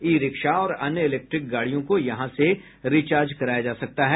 ई rickshaw और अन्य electric गाड़ियों को यहां से रिचार्ज कराया जा सकता है